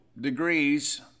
degrees